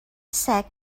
city